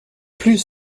plus